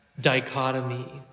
dichotomy